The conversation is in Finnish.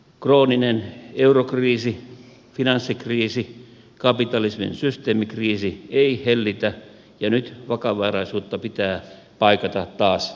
krooninen eurokriisi finanssikriisi kapitalismin systeemikriisi ei hellitä ja nyt vakavaraisuutta pitää paikata taas lisää